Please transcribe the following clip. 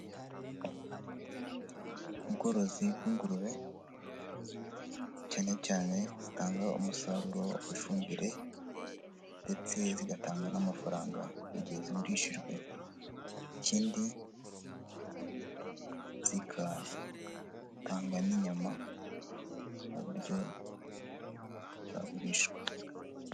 Ubworozi bw'ingurube cyanecyane zitanga umusaruro w'ifumbire ndetse zigatanga n'amafaranga mu gihe zigurishijwe, ikindi zikatanga n'inyama mu buryo zagurishwa.